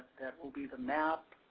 that will be the map,